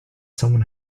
someone